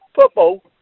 football